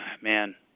Man